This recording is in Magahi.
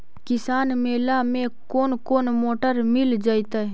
किसान मेला में कोन कोन मोटर मिल जैतै?